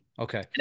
Okay